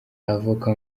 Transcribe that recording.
avoka